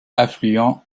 affluent